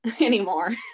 anymore